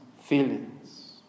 feelings